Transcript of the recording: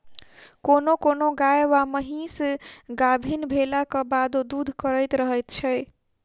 कोनो कोनो गाय वा महीस गाभीन भेलाक बादो दूध करैत रहैत छै